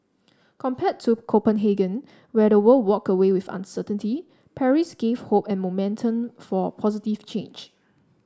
compared to Copenhagen where the world walked away with uncertainty Paris gave hope and momentum for positive change